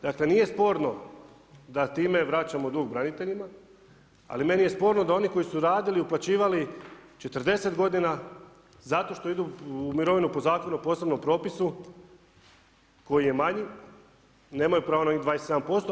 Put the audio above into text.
Dakle, nije sporno da time vraćamo dug braniteljima ali meni je sporno da oni koji su radili, uplaćivali 40 godina zato što idu u mirovinu po Zakonu o posebnom propisu koji je manji nemaju pravo na onih 25%